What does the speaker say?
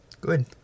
Good